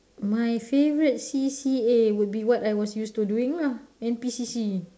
my favourite C_C_A would be what I was used to doing lah N_P_C_C